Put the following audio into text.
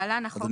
(להלן החוק העיקרי),